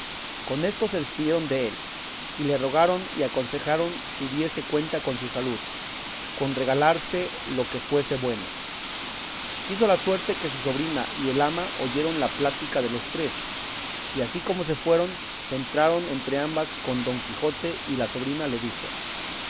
rogaron y aconsejaron tuviese cuenta con su salud con regalarse lo que fuese bueno quiso la suerte que su sobrina y el ama oyeron la plática de los tres y así como se fueron se entraron entrambas con don quijote y la sobrina le dijo